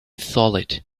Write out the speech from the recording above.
solid